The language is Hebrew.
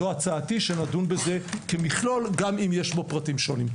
זו הצעתי שנדון בזה כמכלול גם אם יש בו פרטים שונים.